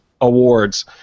awards